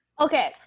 okay